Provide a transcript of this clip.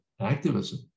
activism